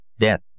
Death